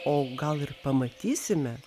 o gal ir pamatysime